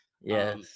Yes